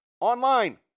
online